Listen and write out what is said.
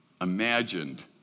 Imagined